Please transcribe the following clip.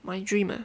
my dream ah